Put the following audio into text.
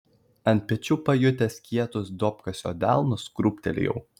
ant pečių pajutęs kietus duobkasio delnus krūptelėjau